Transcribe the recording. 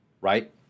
right